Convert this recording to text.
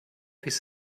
his